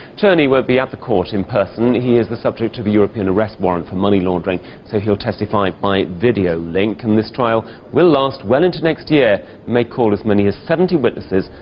cherney won't be at the court in person he is the subject of a european arrest warrant for money laundering so he'll testify by video link. and this trial will last well into next year and may call as many as seventy witnesses,